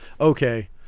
okay